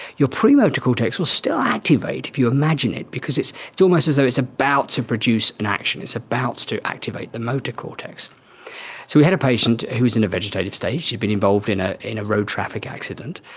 your premotor cortex will still activate if you imagine it because it's almost as though it's about to produce an action, it's about to activate the motor cortex. so we had a patient who was in a vegetative state, she had been involved in a in a road traffic accident.